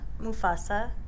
Mufasa